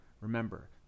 Remember